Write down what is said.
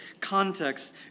context